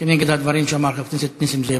כנגד הדברים שאמר חבר הכנסת נסים זאב.